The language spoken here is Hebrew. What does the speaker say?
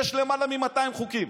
יש למעלה מ-200 חוקים,